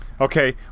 Okay